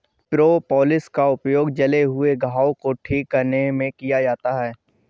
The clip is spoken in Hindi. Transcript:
प्रोपोलिस का प्रयोग जले हुए घाव को ठीक करने में किया जाता है